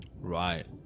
Right